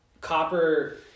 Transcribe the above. Copper